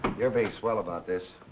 you're being swell about this.